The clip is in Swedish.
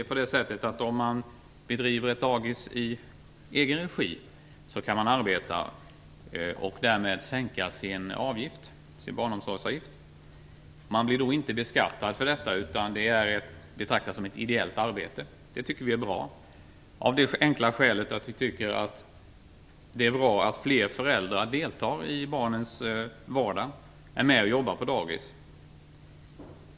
På ett dagis som drivs i egen regi kan man själv arbeta och därmed sänka sin barnsomsorgsavgift. Man blir då inte beskattad för detta, utan det betraktas som ideellt arbete. Vi tycker att det är bra, av det enkla skälet att det är bra att fler föräldrar deltar i barnens vardag och är med och jobbar på dagis.